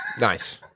nice